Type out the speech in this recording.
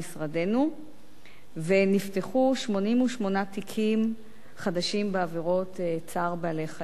ונפתחו 88 תיקים חדשים בעבירות צער בעלי-חיים.